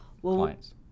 clients